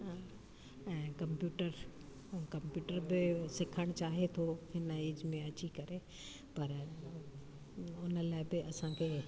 ऐं computer computer बि सिखणु चाहे थो हिन एज में अची करे पर हुन लाइ बि असांखे